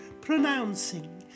pronouncing